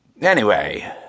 Anyway